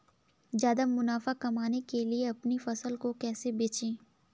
ज्यादा मुनाफा कमाने के लिए अपनी फसल को कैसे बेचें?